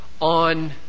on